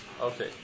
Okay